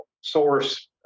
source